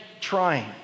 trying